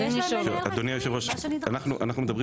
אדוני היושב ראש, אנחנו מדברים